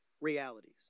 realities